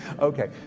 Okay